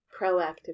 proactive